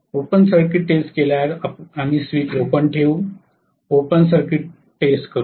open circuit test केल्यावर आम्ही switch open ठेवू ओपन सर्किट टेस्ट करू